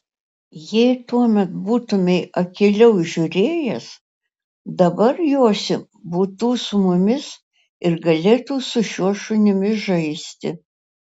jei tuomet būtumei akyliau žiūrėjęs dabar josi būtų su mumis ir galėtų su šiuo šunimi žaisti